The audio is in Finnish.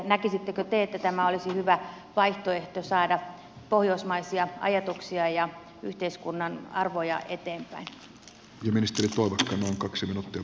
näkisittekö te että tämä olisi hyvä vaihtoehto saada pohjoismaisia ajatuksia ja yhteiskunnan arvoja eteenpäin